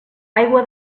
aigua